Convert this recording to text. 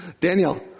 Daniel